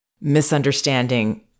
misunderstanding